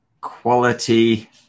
quality